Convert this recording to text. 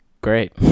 Great